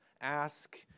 ask